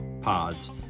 pods